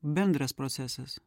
bendras procesas